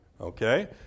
Okay